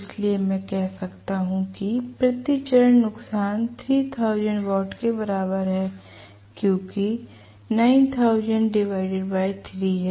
इसलिए मैं कह सकता हूं कि प्रति चरण नुकसान 3000 वाट के बराबर है क्योंकि 90003 है